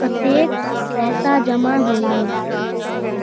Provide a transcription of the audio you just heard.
कत्तेक पैसा जमा होइए?